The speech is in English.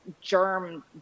germ